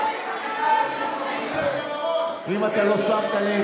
אם אתה לא שמת לב,